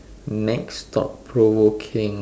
next thought provoking